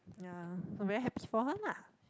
ya I'm very happy for her lah